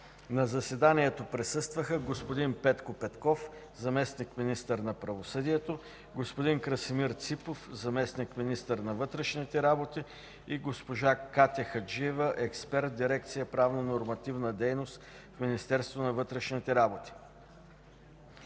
На заседанието присъстваха: господин Петко Петков – заместник-министър на правосъдието, господин Красимир Ципов – заместник-министър на вътрешните работи, и госпожа Катя Хаджиева – експерт в дирекция „Правно-нормативна дейност” в Министерството на вътрешните работи.